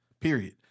Period